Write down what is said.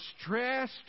stressed